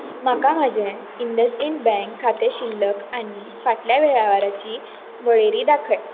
म्हाका म्हजें इंडसइंड बँक खातें शिल्लक आनी फाटल्या वेव्हाराची वळेरी दाखय